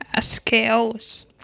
skills